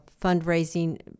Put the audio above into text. fundraising